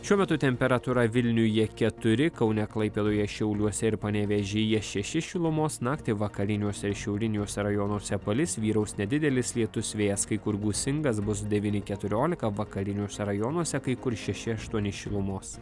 šiuo metu temperatūra vilniuje keturi kaune klaipėdoje šiauliuose ir panevėžyje šeši šilumos naktį vakariniuose šiauriniuose rajonuose palis vyraus nedidelis lietus vėjas kai kur gūsingas bus devyni keturiolika vakariniuose rajonuose kai kur šeši aštuoni šilumos